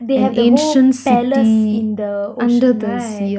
they have the whole palace in the ocean right